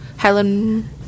Helen